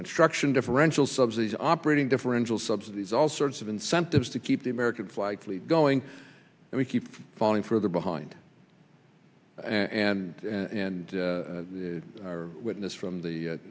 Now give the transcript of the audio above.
construction differential subsidies operating differential subsidies all sorts of incentives to keep the americans likely going and we keep falling further behind and and our witness from the